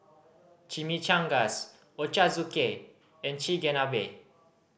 Chimichangas Ochazuke and Chigenabe